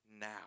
now